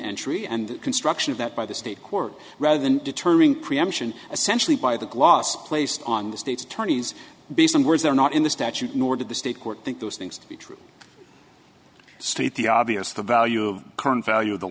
entry and the construction of that by the state court rather than deterring preemption essentially by the gloss placed on the state's attorneys based on words are not in the statute nor did the state court think those things to be true state the obvious the value of the current value of the